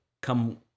Come